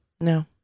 No